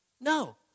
No